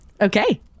okay